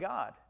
God